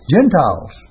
Gentiles